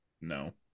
No